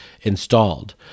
installed